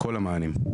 כל המענים.